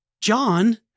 John